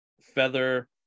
feather